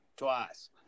twice